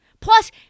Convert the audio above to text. Plus